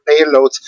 payloads